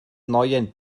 neuen